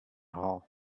hall